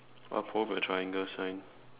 what pole with a triangle sign